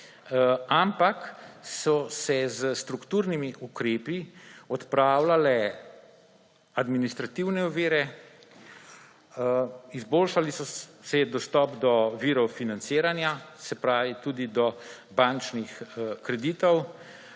ampak so se s strukturnimi ukrepi odpravljale administrativne ovire, izboljšal se je dostop do virov financiranja, se pravi tudi do bančnih kreditov.